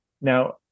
Now